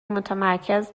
متمرکز